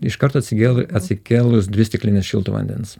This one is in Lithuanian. iškart atsikėl atsikėlus dvi stiklinės šilto vandens